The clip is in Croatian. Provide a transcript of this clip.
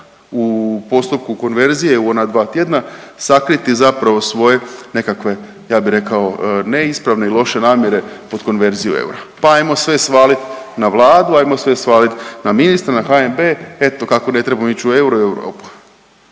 u postupku konverzije u ona dva tjedna sakriti zapravo svoje nekakve ja bih rekao ne ispravne i loše namjere pod konverziju eura. Pa hajmo sve svaliti na Vladu, hajmo sve svaliti na ministra, na HNB. Eto kako ne trebamo ići u euro i Europu.